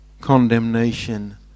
condemnation